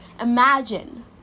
imagine